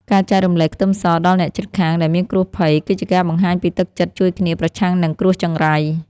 ការចែករំលែកខ្ទឹមសដល់អ្នកជិតខាងដែលមានគ្រោះភ័យគឺជាការបង្ហាញពីទឹកចិត្តជួយគ្នាប្រឆាំងនឹងគ្រោះចង្រៃ។